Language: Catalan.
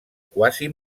quasi